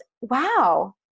wow